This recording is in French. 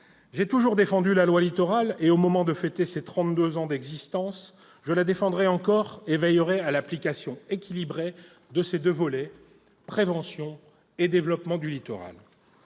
J'ai toujours défendu cette loi et, au moment de fêter ses trente-deux ans d'existence, je la défendrai encore et je veillerai à l'application équilibrée de ses deux volets, préservation et développement du littoral.